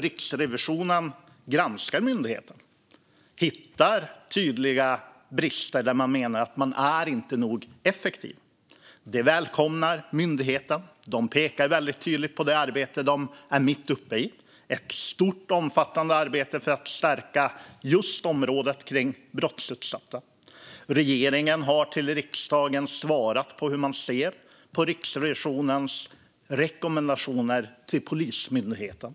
Riksrevisionen granskar myndigheten och hittar tydliga brister där man menar att myndigheten inte är effektiv nog. Det välkomnar myndigheten. De pekar tydligt på det arbete de är mitt uppe i, ett stort och omfattande arbete för att stärka just området brottsutsatta. Regeringen har till riksdagen svarat på hur man ser på Riksrevisionens rekommendationer till Polismyndigheten.